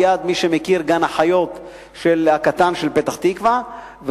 ליד גן-החיות הקטן של פתח-תקווה,